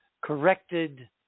corrected